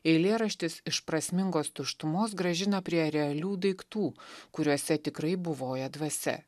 eilėraštis iš prasmingos tuštumos grąžina prie realių daiktų kuriuose tikrai buvoja dvasia